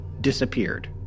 disappeared